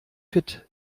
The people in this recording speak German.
fit